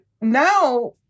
now